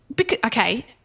okay